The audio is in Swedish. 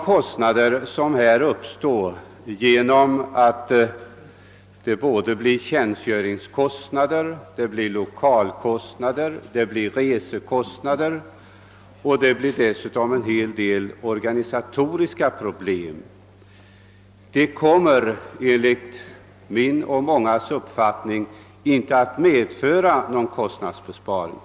Enligt min och mångas mening kommer utgifterna för tjänstgöring, för lokaler, för resor och en hel del andra utgifter som sammanhänger med organisationen att medföra att det inte blir någon kostnadsbesparing.